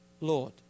Lord